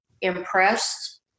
impressed